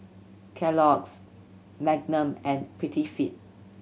Kellogg's Magnum and Prettyfit